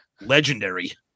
Legendary